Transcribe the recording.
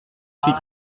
suis